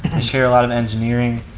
share a lot of engineering,